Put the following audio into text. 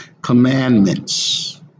commandments